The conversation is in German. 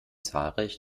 zahlreich